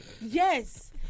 Yes